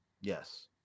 Yes